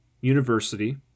University